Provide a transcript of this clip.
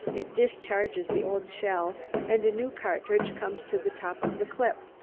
it discharges the old shell and a new cartridge comes to the top of the clip.